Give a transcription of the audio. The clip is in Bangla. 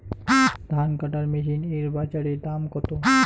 ধান কাটার মেশিন এর বাজারে দাম কতো?